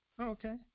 Okay